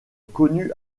connu